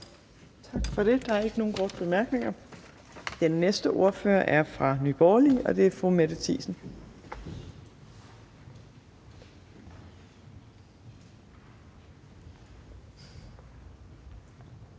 Tak for det. Der er ikke nogen korte bemærkninger. Den næste ordfører er fra Nye Borgerlige, og det er fru Mette Thiesen.